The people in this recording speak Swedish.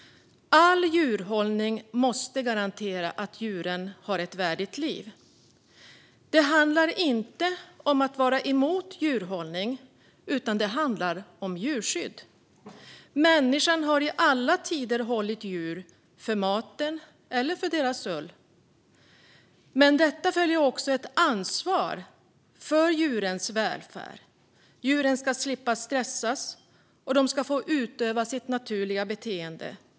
All djurhållning måste garantera att djuren har ett värdigt liv. Det handlar inte om att vara emot djurhållning, utan det handlar om djurskydd. Människan har i alla tider hållit djur, för maten eller för ullen. Med detta följer ett ansvar för djurens välfärd. Djuren ska slippa stressas, och de ska få utöva sitt naturliga beteende.